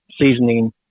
seasoning